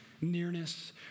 nearness